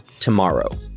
tomorrow